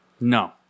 No